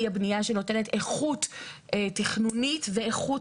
היא הבנייה שנותנת איכות תכנונית ואיכות